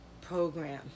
program